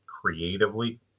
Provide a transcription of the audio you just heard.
creatively